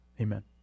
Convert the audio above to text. Amen